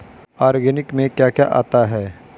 Organic में क्या क्या आता है?